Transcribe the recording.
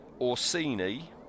Orsini